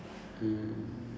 um